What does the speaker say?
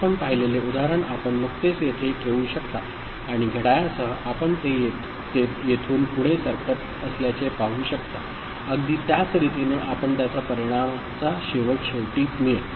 आपण पाहिलेले उदाहरण आपण नुकतेच येथे ठेवू शकता आणि घड्याळासह आपण ते येथून पुढे सरकत असल्याचे पाहू शकता अगदी त्याच रीतीने आणि त्याच परिणामाचा शेवट शेवटी मिळेल